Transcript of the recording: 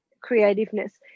creativeness